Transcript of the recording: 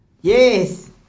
Yes